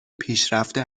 پیشرفته